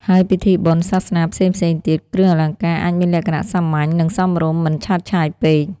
ហើយពិធីបុណ្យសាសនាផ្សេងៗទៀត គ្រឿងអលង្ការអាចមានលក្ខណៈសាមញ្ញ និង សមរម្យ មិនឆើតឆាយពេក។